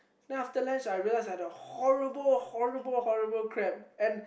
then after lunch I realised I had a horrible horrible horrible cramp and